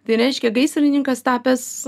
tai reiškia gaisrininkas tapęs